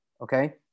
okay